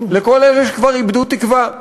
לכל אלה שכבר איבדו תקווה,